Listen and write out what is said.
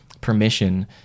permission